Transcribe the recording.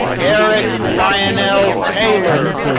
eric lionel taylor.